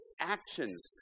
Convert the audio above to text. actions